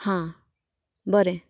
हां बरें